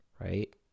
right